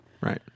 Right